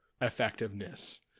effectiveness